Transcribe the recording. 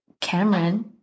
cameron